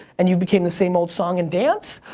and you've became the same old song and dance,